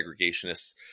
segregationists